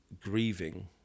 grieving